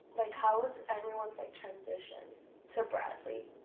like how was everyone's like transition to bradley?